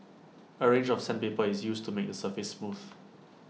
A range of sandpaper is used to make the surface smooth